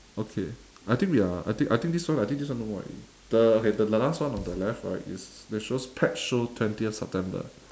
okay I think we are I think I think this one right I think this one no more already the okay the last one on the left right is that shows pet show twentieth september